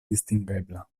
distingebla